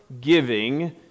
giving